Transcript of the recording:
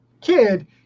kid